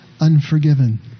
unforgiven